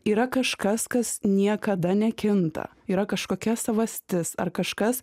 yra kažkas kas niekada nekinta yra kažkokia savastis ar kažkas